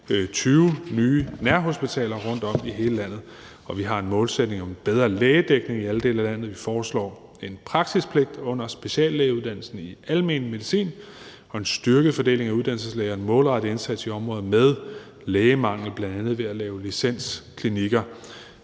20 nye nærhospitaler rundtomkring i hele landet, og vi har en målsætning om bedre lægedækning i alle dele af landet. Vi foreslår en praksispligt under speciallægeuddannelsen i almen medicin og en styrket fordeling af uddannelseslæger og en målrettet indsats i områder med lægemangel, bl.a. ved at lave licensklinikker.